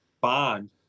bond